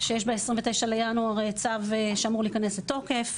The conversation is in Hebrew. שיש ב-29 בינואר צו שאמור להיכנס לתוקף.